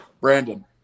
Brandon